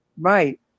Right